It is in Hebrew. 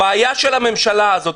הבעיה של הקואליציה הזאת,